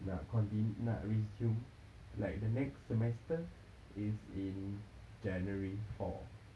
nak conti~ nak resume like the next semester is in january four